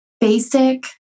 basic